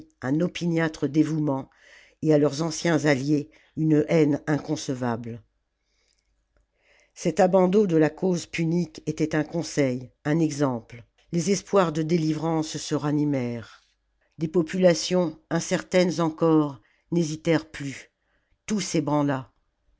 un opmiâtre dévouement et à leurs anciens alliés une haine inconcevable cet abandon de la cause punique était un conseil un exemple les espoirs de délivrance se ranimèrent des populations incertaines encore n'hésitèrent plus tout s'ébranla